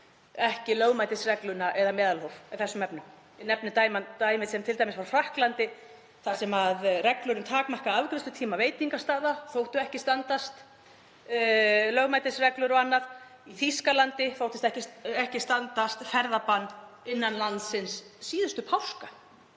ekki lögmætisregluna eða meðalhóf í þessum efnum. Ég nefni dæmi frá Frakklandi þar sem reglur um takmarkaðan afgreiðslutíma veitingastaða þóttu ekki standast lögmætisreglur og annað. Í Þýskalandi þótti ekki standast ferðabann innan landsins síðustu páska.